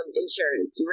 insurance